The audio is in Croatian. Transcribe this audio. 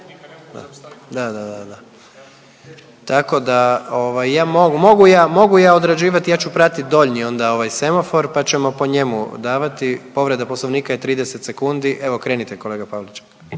ja mogu, mogu ja, mogu ja odrađivat ja ću pratit donji onda ovaj semafor pa ćemo po njemu davati, povreda Poslovnika je 30 sekundi, evo krenite kolega Pavliček.